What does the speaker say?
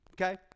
okay